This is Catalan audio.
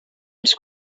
als